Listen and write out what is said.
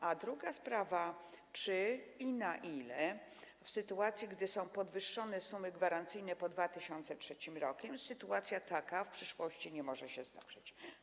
I druga sprawa: Czy - i na ile - w sytuacji gdy są podwyższone sumy gwarancyjne po 2003 r., sytuacja taka w przyszłości nie może się zdarzyć?